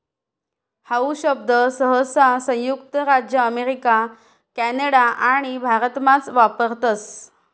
how शब्द सहसा संयुक्त राज्य अमेरिका कॅनडा आणि भारतमाच वापरतस